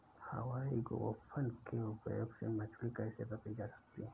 हवाई गोफन के उपयोग से मछली कैसे पकड़ी जा सकती है?